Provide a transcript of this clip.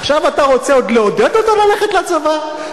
עכשיו אתה רוצה עוד לעודד אותו ללכת לצבא?